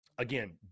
Again